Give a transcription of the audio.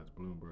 Bloomberg